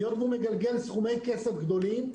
היות שהוא מגלגל סכומי כסף גדולים,